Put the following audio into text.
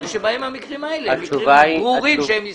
שבהם המקרים האלה הם מקרים ברורים שהם ישראלים.